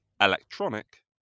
electronic